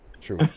True